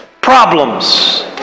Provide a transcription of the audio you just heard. problems